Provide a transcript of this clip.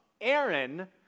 Aaron